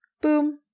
boom